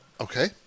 Okay